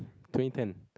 twenty ten